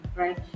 right